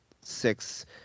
six